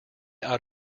out